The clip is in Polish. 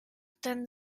ten